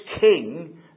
king